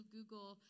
Google